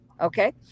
okay